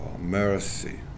mercy